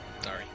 Sorry